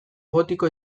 gotiko